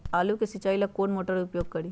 आलू के सिंचाई ला कौन मोटर उपयोग करी?